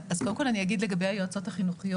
אז קודם כל אני אגיד לגבי היועצות החינוכיות,